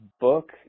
book